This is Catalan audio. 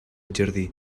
jardí